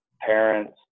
parents